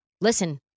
listen